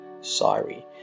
sorry